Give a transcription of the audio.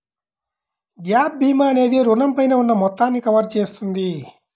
gap భీమా అనేది రుణంపై ఉన్న మొత్తాన్ని కవర్ చేస్తుంది